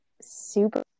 Super